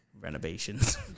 renovations